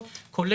תודה רבה.